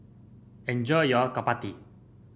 enjoy your Chapati